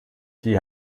die